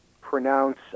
pronounce